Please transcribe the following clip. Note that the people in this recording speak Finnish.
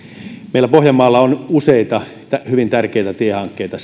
meillä pohjanmaalla on useita hyvin tärkeitä tiehankkeita